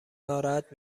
ناراحت